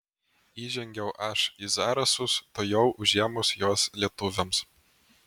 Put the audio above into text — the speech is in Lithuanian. įžengiau aš į zarasus tuojau užėmus juos lietuviams